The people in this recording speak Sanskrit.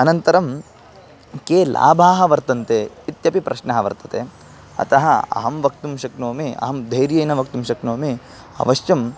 अनन्तरं के लाभाः वर्तन्ते इत्यपि प्रश्नः वर्तते अतः अहं वक्तुं शक्नोमि अहं धैर्येन वक्तुं शक्नोमि अवश्यं